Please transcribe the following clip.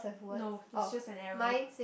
no it's just an arrow